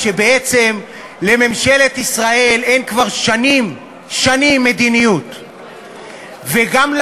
משנה, יהיה תקציב דו-שנתי, תקציב חד-שנתי, תקציב